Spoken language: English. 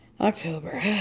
October